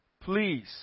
please